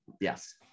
yes